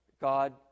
God